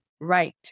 Right